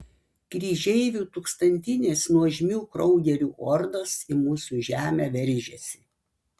kryžeivių tūkstantinės nuožmių kraugerių ordos į mūsų žemę veržiasi